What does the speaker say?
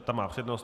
Ta má přednost.